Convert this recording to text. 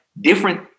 different